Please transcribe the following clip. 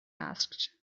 asked